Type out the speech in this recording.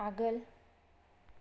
आगोल